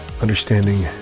understanding